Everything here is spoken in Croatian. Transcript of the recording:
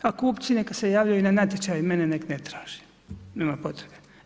A kupci neka se javljaju na natječaj, mene nek ne traži, prema potrebi.